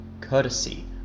courtesy